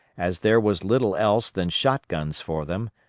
as there was little else than shot-guns for them,